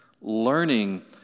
learning